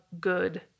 good